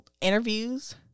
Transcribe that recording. interviews